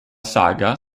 saga